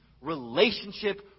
relationship